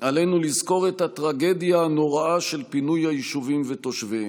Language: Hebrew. עלינו לזכור את הטרגדיה הנוראה של פינוי היישובים ותושביהם,